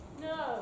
No